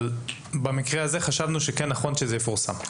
אבל במקרה הזה חשבנו שכן נכון שזה יפורסם.